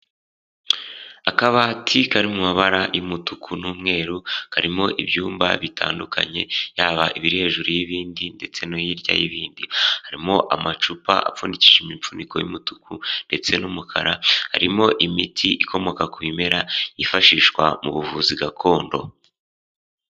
Akabati kari mu mabara y'umutuku n'umweru, karimo ibyumba bitandukanye, yaba biri hejuru y'ibindi ndetse no hirya y'ibindi, harimo amacupa apfundikije imifuniko y'umutuku ndetse n'umukara, harimo imiti ikomoka ku bimera, yifashishwa mu buvuzi gakondo.